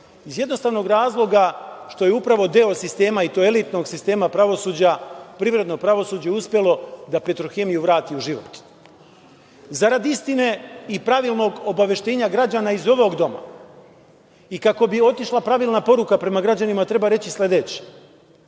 Iz jednostavnog razloga što je upravo deo sistema i to elitnog sistema pravosuđa, privrednog pravosuđa, uspelo da Petrohemiju vrati u život. Zarad istine i pravilnog obaveštenja građana iz ovog doma i kako bi otišla pravilna poruka prema građanima, treba reći sledeće,